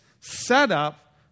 setup